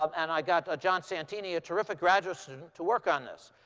um and i got john santini, a terrific graduate student, to work on this.